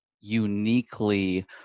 uniquely